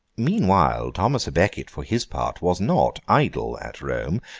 meanwhile, thomas a becket, for his part, was not idle at rome,